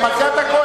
גם על זה אתה כועס?